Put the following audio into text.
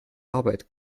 arbeit